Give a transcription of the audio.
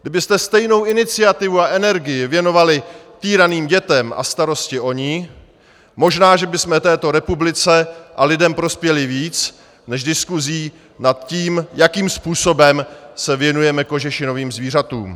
Kdybyste stejnou iniciativu a energii věnovali týraným dětem a starosti o ně, možná, že bychom této republice a lidem prospěli víc než diskusí nad tím, jakým způsobem se věnujeme kožešinovým zvířatům.